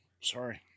sorry